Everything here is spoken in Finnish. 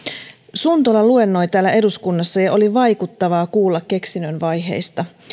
suntola luennoi täällä eduskunnassa ja oli vaikuttavaa kuulla keksinnön vaiheista